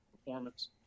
performance